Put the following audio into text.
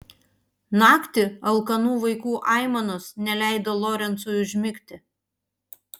naktį alkanų vaikų aimanos neleido lorencui užmigti